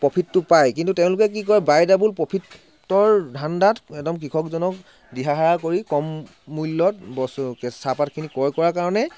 প্ৰ'ফিটটো পায় কিন্তু তেওঁলোকে কি কৰে বাই ডাবল প্ৰ'ফিটৰ ধাণ্ডাত একদম কৃষকজনক দিশহাৰা কৰি কম মূল্যত বস্তু চাহপাতখিনি ক্ৰয় কৰা কাৰণে